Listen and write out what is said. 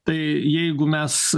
tai jeigu mes